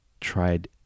tried